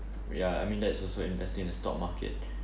ya I mean that's also investing in the stock market